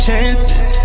Chances